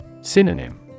Synonym